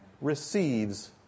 receives